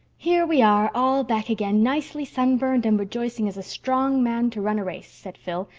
here we are, all back again, nicely sunburned and rejoicing as a strong man to run a race, said phil,